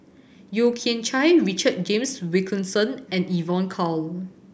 Yeo Kian Chye Richard James Wilkinson and Evon Kow